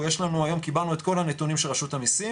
אנחנו יש לנו היום קיבלנו את כל הנתונים של רשות המיסים,